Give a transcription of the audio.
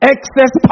Excess